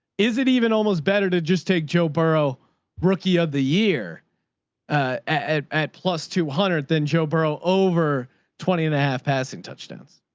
is it even almost better to just take joe borough rookie of the year at at plus two hundred than joe borough over twenty and a half passing touchdowns,